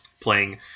playing